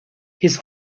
his